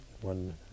one